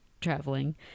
traveling